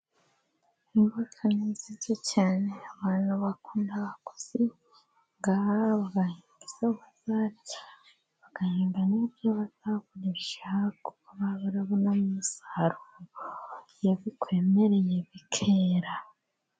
Imboga ni nziza cyane abantu bakunda kuzihinga ,bagahinga n'ibyo bazarya, n'ibyo bazagurisha kuko baba barabonamo umusaruro, iyo bikwemereye bikera.